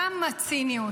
כמה ציניות,